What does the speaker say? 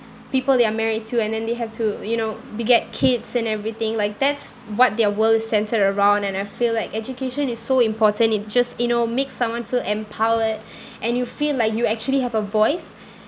people they are married to and then they have to you know they get kids and everything like that's what their world is centered around and I feel like education is so important it just you know make someone feel empowered and you feel like you actually have a voice